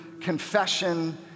confession